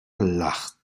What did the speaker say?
lacht